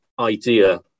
idea